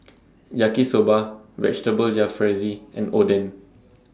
Yaki Soba Vegetable Jalfrezi and Oden